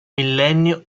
millennio